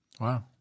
Wow